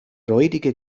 räudige